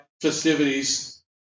festivities